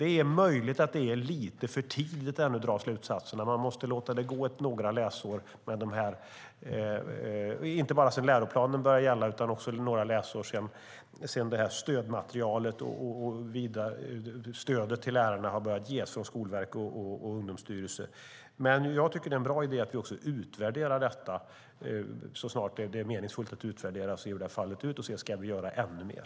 Det är möjligt att det är lite för tidigt att dra slutsatser ännu. Man måste låta det gå några läsår, inte bara sedan läroplanen har börjat gälla utan också några läsår sedan stödmaterialet och stödet till lärarna har börjat ges från Skolverket och Ungdomsstyrelsen. Jag tycker dock att det är en bra idé att utvärdera detta så snart det är meningsfullt, att utvärdera och se hur det har fallit ut och om vi ska göra ännu mer.